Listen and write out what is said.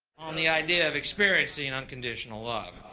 on the idea of experiencing unconditional love.